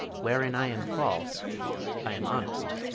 wherein i am false i am honest